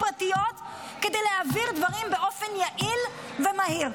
פרטיות כדי להעביר דברים באופן יעיל ומהיר.